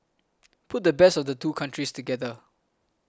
put the best of the two countries together